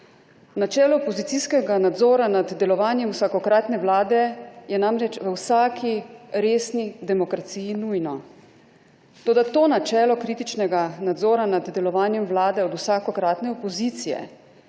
Načelo opozicijskega nadzora nad delovanjem vsakokratne Vlade je namreč v vsaki resni demokraciji nujno. Toda to načelo kritičnega nadzora nad delovanjem Vlade od vsakokratne opozicije